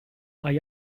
hay